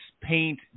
paint